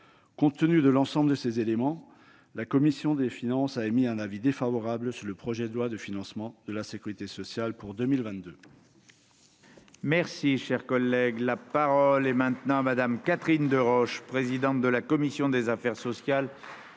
Compte tenu de l'ensemble de ces éléments, la commission des finances a émis un avis défavorable sur le projet de loi de financement de la sécurité sociale pour 2022.